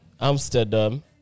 amsterdam